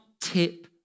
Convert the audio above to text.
tip